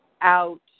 out